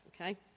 okay